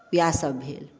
इएहसभ भेल